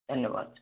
धन्यवाद